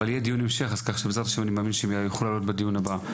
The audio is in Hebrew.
אבל יהיה דיון המשך כך שאני מאמין שבעזרת ה׳ הם יוכלו לעלות בדיון הבא.